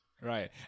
Right